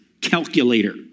calculator